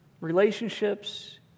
Relationships